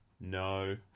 No